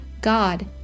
God